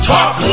Talk